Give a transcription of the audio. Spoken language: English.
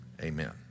Amen